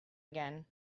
again